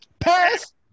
Pass